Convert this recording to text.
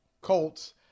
Colts